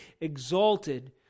exalted